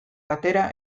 atera